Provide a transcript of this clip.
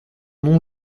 nom